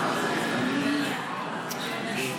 הוא היה עסוק.